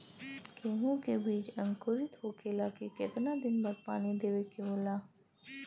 गेहूँ के बिज अंकुरित होखेला के कितना दिन बाद पानी देवे के होखेला?